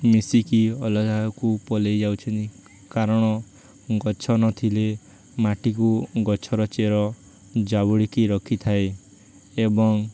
ମିଶିକି ଅଲଗାକୁ ପଳାଇ ଯାଉଛନ୍ତି କାରଣ ଗଛ ନଥିଲେ ମାଟିକୁ ଗଛର ଚେର ଜାବୁଡ଼ିକି ରଖିଥାଏ ଏବଂ